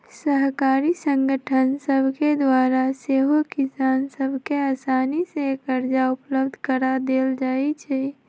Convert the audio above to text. सहकारी संगठन सभके द्वारा सेहो किसान सभ के असानी से करजा उपलब्ध करा देल जाइ छइ